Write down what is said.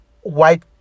white